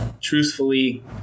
truthfully